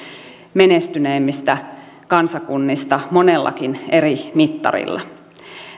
menestyneimmistä kansakunnista monellakin eri mittarilla